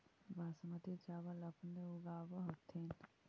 बासमती चाबल अपने ऊगाब होथिं?